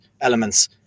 elements